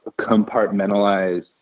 compartmentalize